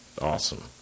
Awesome